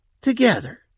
together